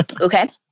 Okay